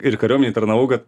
ir kariuomenėj tarnavau kad